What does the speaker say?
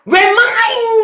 remind